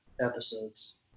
episodes